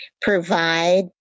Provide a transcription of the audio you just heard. provide